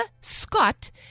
Scott